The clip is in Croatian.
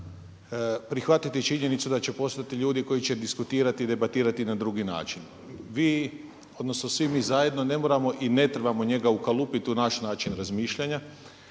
prihvatiti činjenicu da će postojati ljudi koji će diskutirati, debatirati na drugi način. Vi odnosno svi mi zajedno ne moramo i ne trebamo njega ukalupit u naš način razmišljanja,